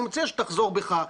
אני מציע שתחזור בך,